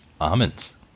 Almonds